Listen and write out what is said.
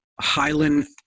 highland